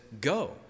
go